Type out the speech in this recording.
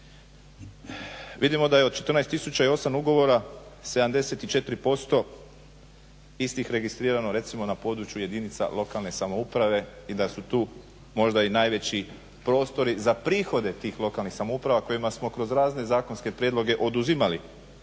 Vidimo da je od 14 tisuća i 8 ugovora 74% istih registrirano recimo na području jedinca lokalne samouprave i da su tu možda i najveći prostori za prihode tih lokalnih samouprava kojima smo kroz razne zakonske prijedloge oduzimali